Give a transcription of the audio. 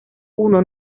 uno